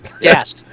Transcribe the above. Yes